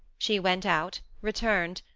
she went out, returned,